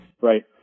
Right